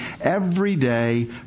everyday